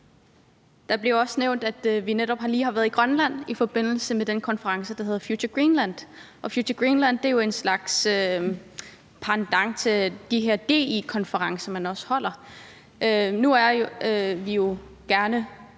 Der blev også nævnt, at vi lige har været i Grønland i forbindelse med den konference, der hedder Future Greenland. Og Future Greenland er jo en slags pendant til de her DI-konferencer, man også holder. Nu vil vi jo gerne